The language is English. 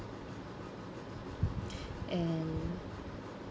and